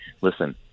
listen